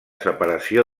separació